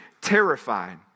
terrified